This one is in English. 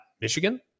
Michigan